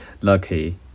lucky